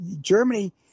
Germany